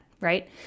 right